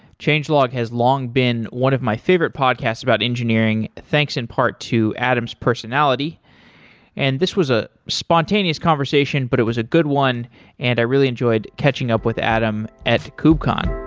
changelog has long been one of my favorite podcasts about engineering thanks in part to adam's personality and this was a spontaneous conversation but it was a good one and i really enjoyed catching up with adam at kubecon